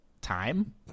time